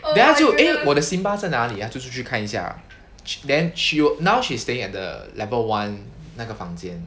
then 他就 eh 我的 simba 哪里啊就出去看一下 then she will now she is staying at the level one 那个房间